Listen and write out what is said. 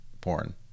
porn